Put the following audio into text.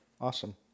Awesome